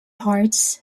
hearts